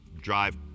drive